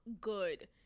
good